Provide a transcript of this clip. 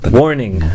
warning